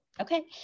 Okay